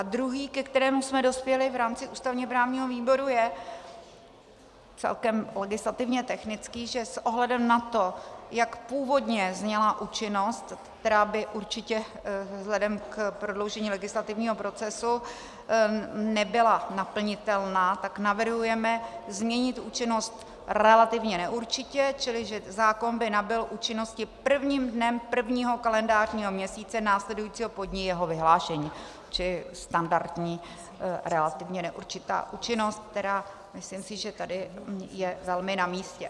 Druhý závěr, ke kterému jsme dospěli v rámci ústavněprávního výboru, je celkem legislativně technický, že s ohledem na to, jak původně zněla účinnost, která by určitě vzhledem k prodloužení legislativního procesu nebyla naplnitelná, tak navrhujeme změnit účinnost relativně neurčitě, čili že zákon by nabyl účinnosti prvním dnem prvního kalendářního měsíce následujícího po dni jeho vyhlášení, čili standardní relativně neurčitá účinnost, která si myslím, že je tady velmi namístě.